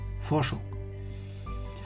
Forschung